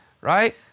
right